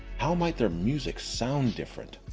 how might their music sound different?